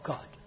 God